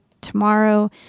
tomorrow